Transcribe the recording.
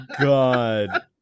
God